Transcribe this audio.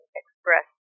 express